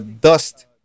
dust